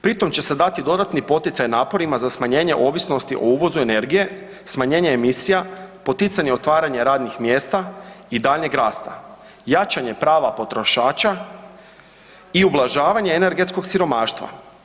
Pri tom će se dati dodatni poticaj naporima za smanjenje ovisnosti o uvozu energije, smanjenje emisija, poticanje otvaranja radnih mjesta i daljnjeg rasta, jačanje prava potrošača i ublažavanja energetskog siromaštva.